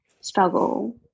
struggle